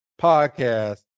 podcast